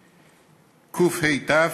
קה"ת,